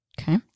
Okay